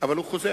אבל הוא חוזר.